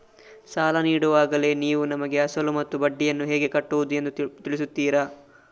ಸಾಲ ನೀಡುವಾಗಲೇ ನೀವು ನಮಗೆ ಅಸಲು ಮತ್ತು ಬಡ್ಡಿಯನ್ನು ಹೇಗೆ ಕಟ್ಟುವುದು ಎಂದು ತಿಳಿಸುತ್ತೀರಾ?